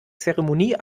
zeremonie